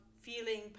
feeling